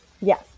Yes